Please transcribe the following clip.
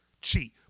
cheat